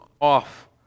off